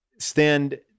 stand